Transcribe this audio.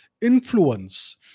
influence